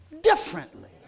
differently